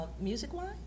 Music-wise